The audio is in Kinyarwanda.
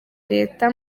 leta